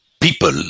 people